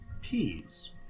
peas